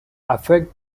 affect